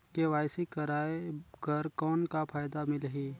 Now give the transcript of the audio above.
KYC कराय कर कौन का फायदा मिलही?